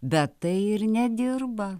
bet tai ir nedirba